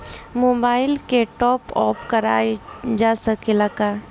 Mobile के टाप आप कराइल जा सकेला का?